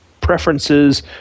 preferences